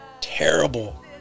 terrible